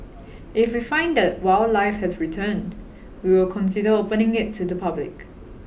if we find that wildlife has returned we will consider opening it to the public